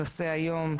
הנושא היום: